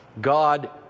God